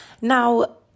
Now